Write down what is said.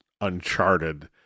uncharted